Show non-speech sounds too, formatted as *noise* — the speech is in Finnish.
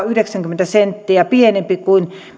*unintelligible* yhdeksänkymmentä euroa pienempi kuin